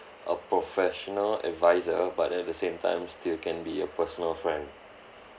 a professional adviser but then at the same time still can be a personal friend